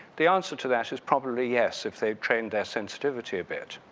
the answer to that is probably yes, if they've trained their sensitivity a bit.